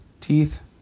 teeth